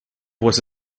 was